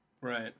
Right